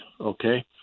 okay